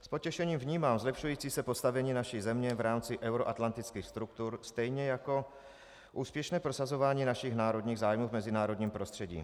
S potěšením vnímám zlepšující se postavení naší země v rámci euroatlantických struktur stejně jako úspěšné prosazování našich národních zájmů v mezinárodním prostředí.